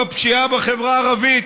ההתמודדות עם האלימות בחברה הערבית